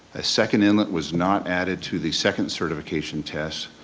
a second inlet was not added to the second certification test,